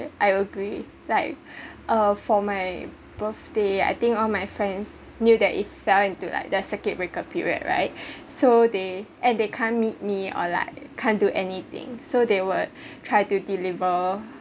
I agree like uh for my birthday I think all my friends knew that it fall into like the circuit breaker period right so they and they can't meet me or like can't do anything so they were try to deliver